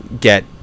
get